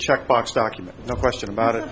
checkbox document no question about it